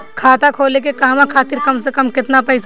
खाता खोले के कहवा खातिर कम से कम केतना पइसा चाहीं?